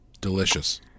Delicious